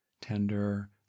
tender